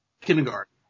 Kindergarten